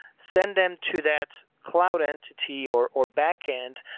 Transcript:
send them to that cloud entity or or back-end,